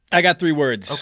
i got three words,